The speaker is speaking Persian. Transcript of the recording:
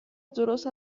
درست